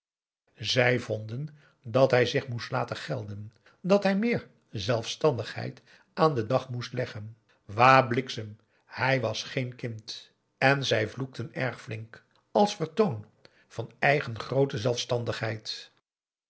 zij vonden dat hij zich moest laten gelden dat hij meer zelfstandigheid aan den dag moest leggen wâ bliksem hij was geen kind en zij vloekten erg flink als vertoon van eigen groote zelfstandigheid